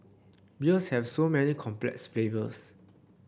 beers have so many complex flavours